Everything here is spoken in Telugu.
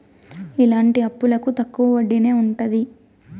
ఇలాంటి అప్పులకు తక్కువ వడ్డీనే ఉంటది